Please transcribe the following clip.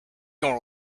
gonna